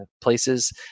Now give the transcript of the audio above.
places